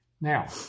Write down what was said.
Now